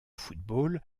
football